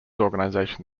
organization